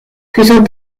faisant